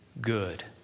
good